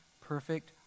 perfect